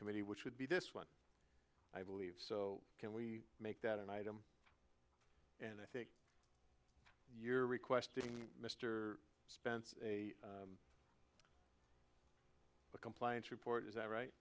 committee which would be this one i believe so can we make that an item and i think your request to mr spence the compliance report is that right